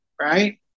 right